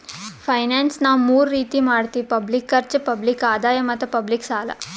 finance ನಾವ್ ಮೂರ್ ರೀತಿ ಮಾಡತ್ತಿವಿ ಪಬ್ಲಿಕ್ ಖರ್ಚ್, ಪಬ್ಲಿಕ್ ಆದಾಯ್ ಮತ್ತ್ ಪಬ್ಲಿಕ್ ಸಾಲ